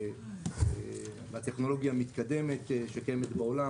והטכנולוגיה המתקדמת שקיימת בעולם,